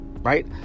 right